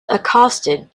accosted